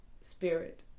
spirit